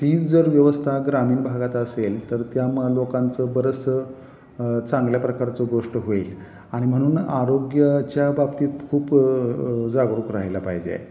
तीच जर व्यवस्था ग्रामीण भागात असेल तर त्या म लोकांचं बरचसं चांगल्या प्रकारचं गोष्ट होईल आणि म्हणून आरोग्याच्या बाबतीत खूप जागरूक राहायला पाहिजे